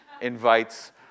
invites